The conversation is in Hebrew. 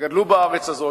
שגדלו בארץ הזאת,